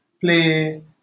play